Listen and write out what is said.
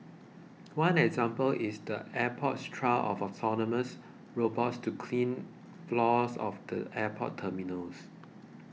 one example is the airport's trial of autonomous robots to clean floors of the airport terminals